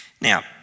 Now